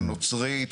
הנוצרית,